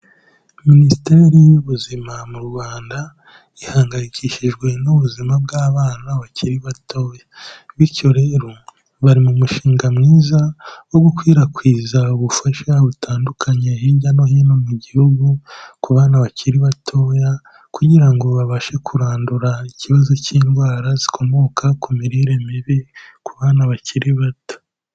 Minisiteri y'Ubuzima mu Rwanda ihangayikishijwe n'ubuzima bw'abana bakiri batoya. Bityo rero, bari mu mushinga mwiza wo gukwirakwiza ubufasha butandukanye hirya no hino mu Gihugu ku bana bakiri batoya, kugira ngo babashe kurandura ikibazo cy'indwara zikomoka ku mirire mibi ku bana bakiri bato.